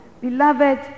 Beloved